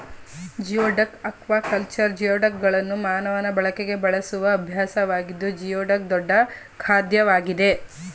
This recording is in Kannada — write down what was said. ಜಿಯೋಡಕ್ ಅಕ್ವಾಕಲ್ಚರ್ ಜಿಯೋಡಕ್ಗಳನ್ನು ಮಾನವ ಬಳಕೆಗೆ ಬೆಳೆಸುವ ಅಭ್ಯಾಸವಾಗಿದ್ದು ಜಿಯೋಡಕ್ ದೊಡ್ಡ ಖಾದ್ಯವಾಗಿದೆ